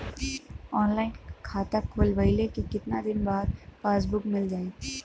Online खाता खोलवईले के कितना दिन बाद पासबुक मील जाई?